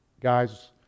Guys